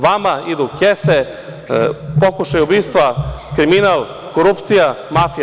Vama idu kese, pokušaj ubistva, kriminal, korupcija, mafija.